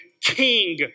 king